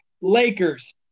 Lakers